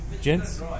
gents